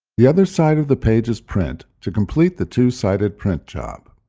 the other side of the pages print to complete the two-sided print job.